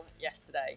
yesterday